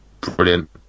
brilliant